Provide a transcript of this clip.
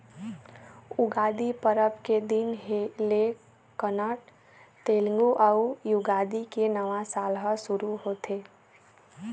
उगादी परब के दिन ले कन्नड़, तेलगु अउ युगादी के नवा साल ह सुरू होथे